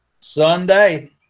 Sunday